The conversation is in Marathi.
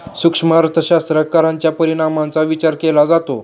सूक्ष्म अर्थशास्त्रात कराच्या परिणामांचा विचार केला जातो